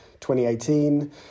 2018